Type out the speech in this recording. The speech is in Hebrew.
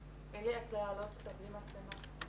אי-אפשר להעלות אותו בלי מצלמה.